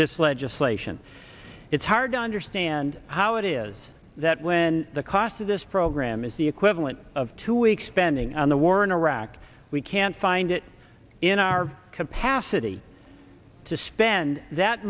this legislation it's hard to understand how it is that when the cost of this program is the equivalent of two weeks spending on the war in iraq we can't find it in our capacity to spend that